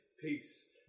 Peace